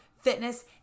fitness